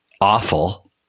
awful